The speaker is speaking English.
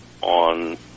on